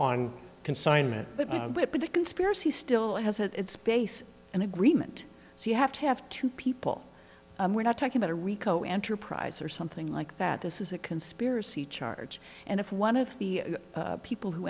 on consignment but but but the conspiracy still has its base and agreement so you have to have two people we're not talking about a rico enterprise or something like that this is a conspiracy charge and if one of the people who